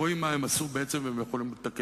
שאני יודע שהם בדרך,